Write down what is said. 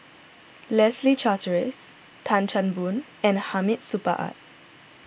Leslie Charteris Tan Chan Boon and Hamid Supaat